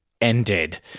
ended